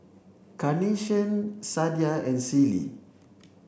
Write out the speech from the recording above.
Carnation Sadia and Sealy